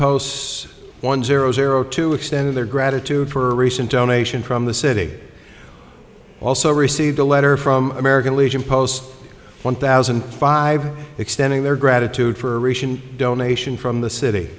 posts one zero zero to extend their gratitude for recent donation from the city also received a letter from american legion post one thousand five extending their gratitude for